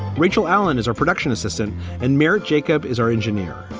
rachel allen is our production assistant and mayor jacob is our engineer.